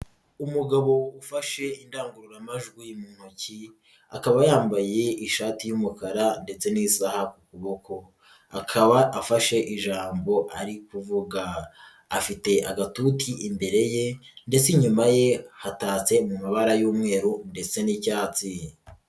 Umugabo ufashe indangururamajwi mu ntoki akaba yambaye ishati y'umukara ndetse n'isaha ku kuboko, akaba afashe ijambo ari kuvuga afite agatuki imbere ye ndetse inyuma ye hatatse mu mabara y'umweru ndetse n'icyatsi.